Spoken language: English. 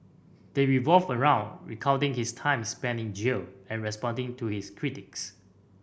they revolve around recounting his time spent in jail and responding to his critics